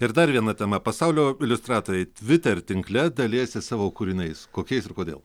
ir dar viena tema pasaulio iliustratoriai twitter tinkle dalijasi savo kūriniais kokiais ir kodėl